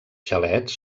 xalets